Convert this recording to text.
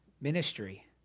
ministry